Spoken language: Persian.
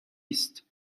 است